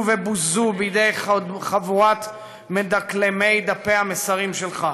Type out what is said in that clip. ובוזו בידי חבורת מדקלמי דפי המסרים שלך.